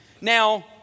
Now